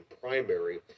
primary